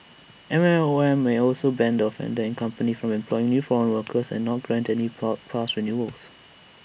M O M may also ban the offender and company from employing new foreign workers and not grant any work pa pass renewals